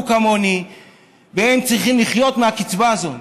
כמוני והם צריכים לחיות מהקצבה הזאת.